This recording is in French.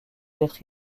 être